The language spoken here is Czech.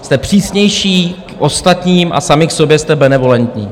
Jste přísnější k ostatním a sami k sobě jste benevolentní.